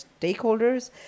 stakeholders